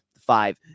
five